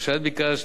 מה שאת ביקשת,